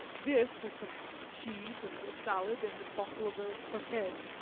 this, with some cheese and a salad and a bottle of old tokay,